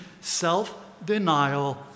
self-denial